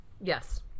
Yes